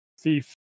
Thief